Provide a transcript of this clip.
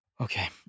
Okay